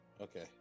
okay